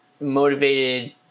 motivated